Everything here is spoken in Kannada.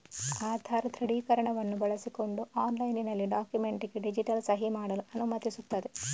ಆಧಾರ್ ದೃಢೀಕರಣವನ್ನು ಬಳಸಿಕೊಂಡು ಆನ್ಲೈನಿನಲ್ಲಿ ಡಾಕ್ಯುಮೆಂಟಿಗೆ ಡಿಜಿಟಲ್ ಸಹಿ ಮಾಡಲು ಅನುಮತಿಸುತ್ತದೆ